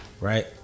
right